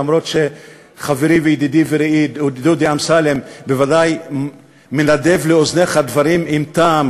למרות שחברי וידידי ורעי דודי אמסלם בוודאי מנדב לאוזניך דברים עם טעם,